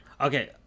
Okay